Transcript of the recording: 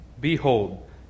Behold